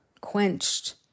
quenched